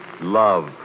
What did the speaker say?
Love